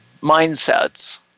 mindsets